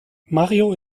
mario